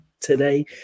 today